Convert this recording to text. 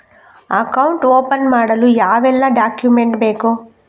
Account open ಮಾಡಲು ಯಾವೆಲ್ಲ document ಬೇಕು?